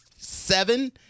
Seven